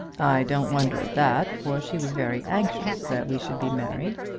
i don't wonder at that, for she was very anxious that we should be married.